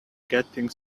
getting